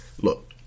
Look